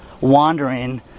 wandering